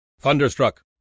Thunderstruck